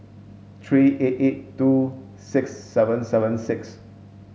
three eight eight two six seven seven six